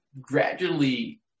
gradually